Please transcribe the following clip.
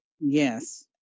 Yes